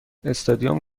استادیوم